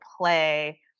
play